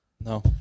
No